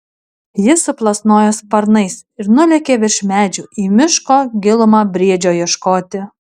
jis suplasnojo sparnais ir nulėkė virš medžių į miško gilumą briedžio ieškoti